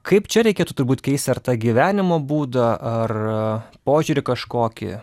kaip čia reikėtų turbūt keist ar tą gyvenimo būdą ar požiūrį kažkokį